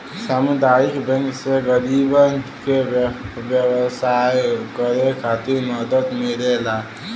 सामुदायिक बैंक से गरीबन के व्यवसाय करे खातिर मदद मिलेला